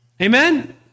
Amen